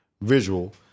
visual